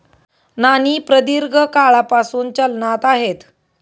नाणी प्रदीर्घ काळापासून चलनात आहेत